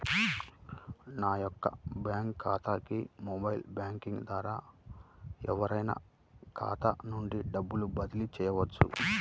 నా యొక్క బ్యాంక్ ఖాతాకి మొబైల్ బ్యాంకింగ్ ద్వారా ఎవరైనా ఖాతా నుండి డబ్బు బదిలీ చేయవచ్చా?